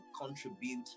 contribute